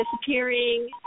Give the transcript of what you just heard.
disappearing